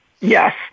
yes